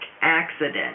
accident